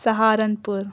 Saharanpur